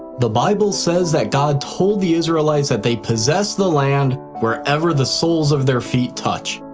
the bible says that god told the israelites that they possess the land wherever the soles of their feet touch.